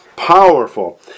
powerful